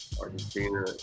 Argentina